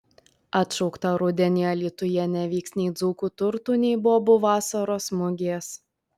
atšaukta rudenį alytuje nevyks nei dzūkų turtų nei bobų vasaros mugės